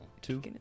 two